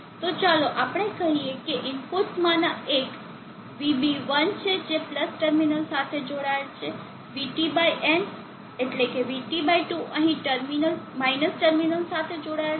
તો ચાલો આપણે કહીએ કે ઇનપુટ્સમાંના એક VB1 છે જે ટર્મિનલ સાથે જોડાયેલ છે VT n VT 2 અહીં ટર્મિનલ જોડાયેલ છે